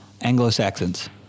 Anglo-Saxons